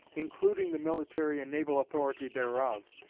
including the military and naval authority thereof,